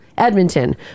Edmonton